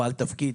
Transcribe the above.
בעל תפקיד,